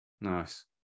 Nice